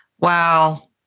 Wow